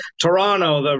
Toronto